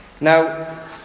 Now